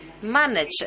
manage